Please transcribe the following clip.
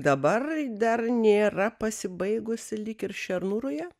dabar dar nėra pasibaigusi lyg ir šernų ruja